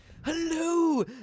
Hello